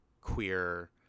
queer